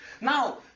Now